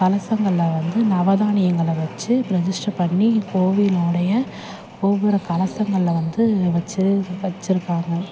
கலசங்களை வந்து நவதானியங்களை வெச்சு பிரதிஷ்டை பண்ணி கோவிலுடைய கோபுர கலசங்களில் வந்து வச்சு வச்சுருப்பாங்க